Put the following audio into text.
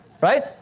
right